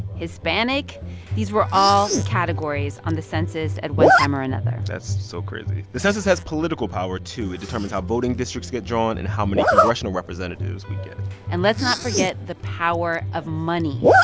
hispanic these were all categories on the census at one time or another that's so crazy. the census has political power, too. it determines how voting districts get drawn and how many congressional representatives we get and let's not forget the power of money.